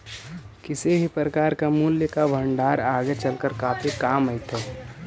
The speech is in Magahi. किसी भी प्रकार का मूल्य का भंडार आगे चलकर काफी काम आईतई